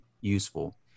useful